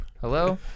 Hello